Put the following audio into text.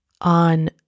on